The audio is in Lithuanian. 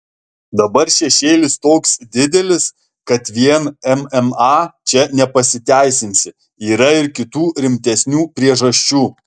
dabar šešėlis toks didelis kad vien mma čia nepasiteisinsi yra ir kitų rimtesnių priežasčių